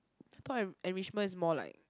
thought an enrichment is more like